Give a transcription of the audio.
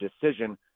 decision